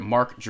Mark